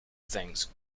things